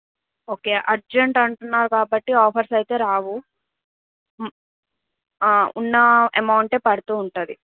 okay urgent అంటున్నారు కాబట్టి offers అయితే రావు ఆ ఉన్న అమౌంటే పడుతూ ఉంటుంది